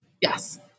yes